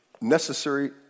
necessary